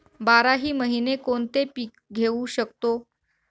बाराही महिने कोणते पीक घेवू शकतो?